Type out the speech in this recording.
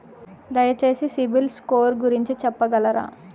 దయచేసి సిబిల్ స్కోర్ గురించి చెప్పగలరా?